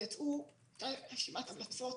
ויצאה רשימת המלצות